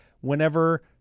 whenever